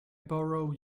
borrow